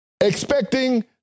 expecting